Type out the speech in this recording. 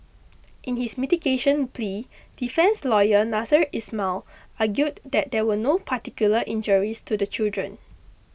in his mitigation plea defence lawyer Nasser Ismail argued that there were no particular injuries to the children